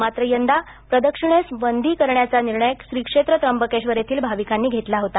मात्र यंदा प्रदक्षिणेस बंदी करण्याचा निर्णय श्री क्षेत्र त्र्यंबकेश्वर येथील भाविकांनी घेतला होता